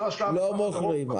לא מוכרים.